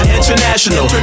international